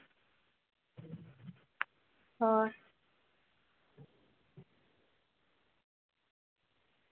ᱦᱳᱭ